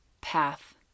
path